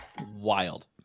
Wild